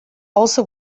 also